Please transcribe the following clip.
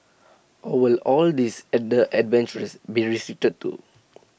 or will all these other adventures be restricted too